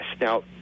now